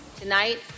Tonight